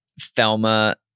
Thelma